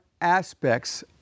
aspects